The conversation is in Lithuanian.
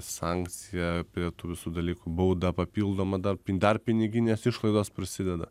sankcija prie tų visų dalykų bauda papildoma dar pin dar piniginės išlaidos prisideda